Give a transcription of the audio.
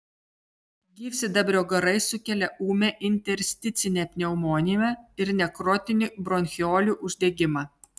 gyvsidabrio garai sukelia ūmią intersticinę pneumoniją ir nekrotinį bronchiolių uždegimą